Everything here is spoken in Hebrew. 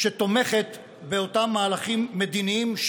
שתומכת באותם מהלכים מדיניים,